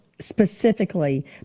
specifically